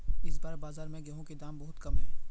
इस बार बाजार में गेंहू के दाम बहुत कम है?